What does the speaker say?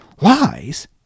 Lies